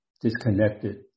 disconnected